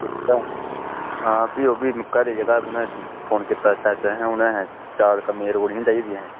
हां भी ओह् बी निक्का जेहा उनें फोन कीता चाचा अहें हून अहें चाल कम्में दी रुकनी निं चाहिदी अहें